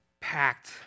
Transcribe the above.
packed